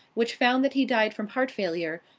which found that he died from heart failure,